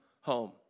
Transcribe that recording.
home